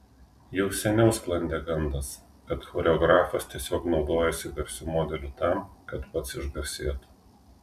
jau seniau sklandė gandas kad choreografas tiesiog naudojasi garsiu modeliu tam kad pats išgarsėtų